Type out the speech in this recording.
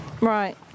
Right